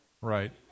Right